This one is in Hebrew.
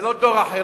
זה לא דור אחר,